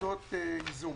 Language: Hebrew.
השקעות ייזום.